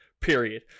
period